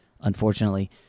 unfortunately